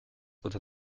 oder